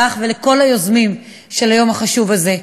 לך ולכל היוזמים של היום החשוב הזה.